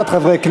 הצבעה.